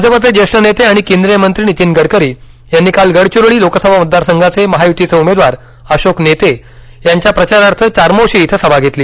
भाजपाचे ज्येष्ठ नेते आणि केंद्रीय मंत्री नीतीन गडकरी यांनी काल गडचिरोली लोकसभा मतदार संघाचे महाय्तीचे उमेदवार अशोक नेते यांच्या प्रचारार्थ चामोर्शी इथ सभा घेतली